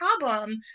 problem